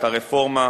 את הרפורמה,